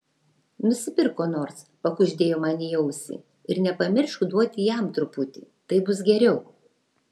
nusipirk ko nors pakuždėjo man į ausį ir nepamiršk duoti jam truputį taip bus geriau